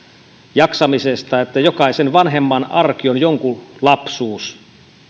jaksamisesta että jokaisen vanhemman arki on jonkun lapsuus